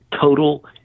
total